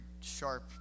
sharp